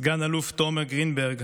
סגן אלוף תומר גרינברג,